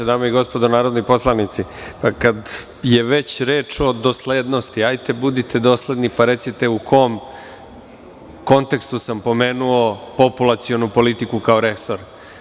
Dame i gospodo narodni poslanici, pa kad je već reč o doslednosti, hajde budite dosledni pa recite u kom kontekstu sam pomenuo populacionu politiku, kao resor.